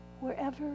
wherever